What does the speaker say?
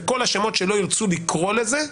כל השמות שלא ירצו לקרוא לזה,